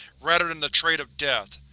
rather than the trade of death!